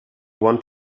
want